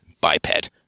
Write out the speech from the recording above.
biped